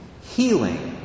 Healing